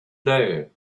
day